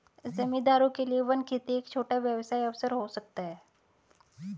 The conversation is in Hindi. जमींदारों के लिए वन खेती एक छोटा व्यवसाय अवसर हो सकता है